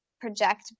project